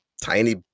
tiny